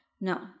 No